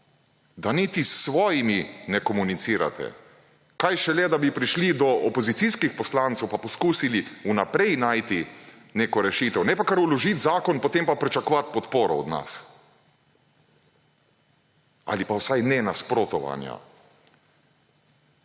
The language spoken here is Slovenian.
da niti s svojimi ne komunicirate, kaj šele, da bi prišli do opozicijskih poslancev, pa poskusili vnaprej najti neko rešitev, ne pa kar vložit zakon, potem pa pričakovat podporo od nas ali pa vsaj ne nasprotovanja,